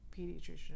pediatrician